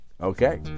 Okay